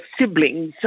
siblings